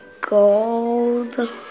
Gold